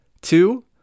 Two